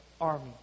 army